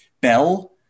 Bell